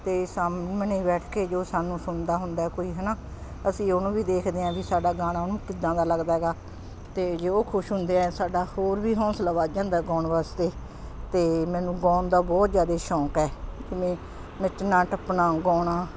ਅਤੇ ਸਾਹਮਣੇ ਬੈਠ ਕੇ ਜੋ ਸਾਨੂੰ ਸੁਣਦਾ ਹੁੰਦਾ ਕੋਈ ਹੈ ਨਾ ਅਸੀਂ ਉਹਨੂੰ ਵੀ ਦੇਖਦੇ ਹਾਂ ਵੀ ਸਾਡਾ ਗਾਣਾ ਉਹਨੂੰ ਕਿੱਦਾਂ ਦਾ ਲੱਗਦਾ ਹੈਗਾ ਅਤੇ ਜੇ ਉਹ ਖੁਸ਼ ਹੁੰਦੇ ਆ ਸਾਡਾ ਹੋਰ ਵੀ ਹੌਸਲਾ ਵੱਧ ਜਾਂਦਾ ਗਾਉਣ ਵਾਸਤੇ ਅਤੇ ਮੈਨੂੰ ਗਾਉਣ ਦਾ ਬਹੁਤ ਜ਼ਿਆਦਾ ਸ਼ੌਂਕ ਹੈ ਜਿਵੇਂ ਨੱਚਣਾ ਟੱਪਣਾ ਗਾਉਣਾ